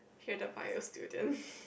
you're the bio student